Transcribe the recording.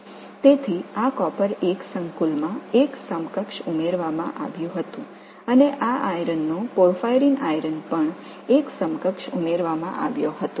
எனவே இந்த காப்பர் சேர்மம் 1 சமமாக சேர்க்கப்பட்டது மற்றும் இந்த இரும்பு பார்பயரின் இரும்பு 1 சமமாக சேர்க்கப்பட்டது